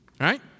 right